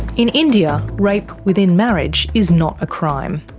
in india, rape within marriage is not a crime.